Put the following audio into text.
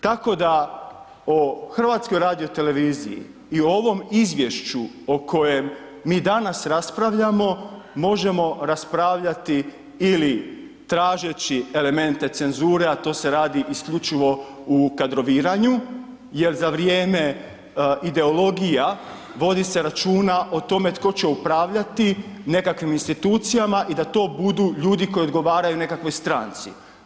Tako da o HRT-u i ovom izvješću o kojem mi danas raspravljamo, možemo raspravljati ili tražeći elemente cenzure a to se radi isključivo u kadroviranju jer za vrijeme ideologija vodi se računa o tome tko će upravljati nekakvim institucijama i da to budu ljudi koji odgovaraju nekakvoj stranci.